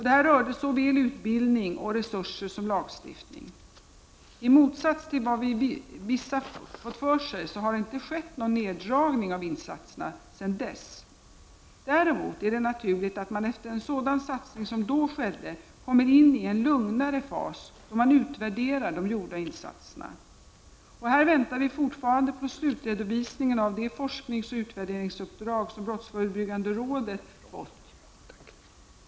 Detta rörde såväl utbildning och resurser som lagstiftning. I motsats till vad vissa fått för sig har det inte skett någon neddragning av insatserna sedan dess. Däremot är det naturligt att man efter en sådan satsning som då skedde kommer in i en lugnare fas, då man utvärderar de gjorda insatserna. Här väntar vi fortfarande på slutredovisningen av det forskningsoch utvärderingsuppdrag som brottsförebyggande rådet fått.